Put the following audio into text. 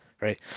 right